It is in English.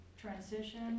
Transition